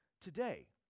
today